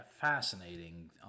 fascinating